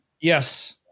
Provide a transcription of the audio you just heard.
Yes